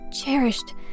cherished